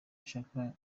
nshaka